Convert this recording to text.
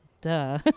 duh